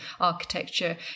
architecture